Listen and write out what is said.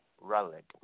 relic